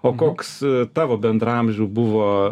o koks tavo bendraamžių buvo